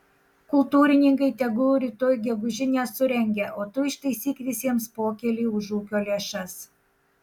kultūrininkai tegul rytoj gegužinę surengia o tu ištaisyk visiems pokylį už ūkio lėšas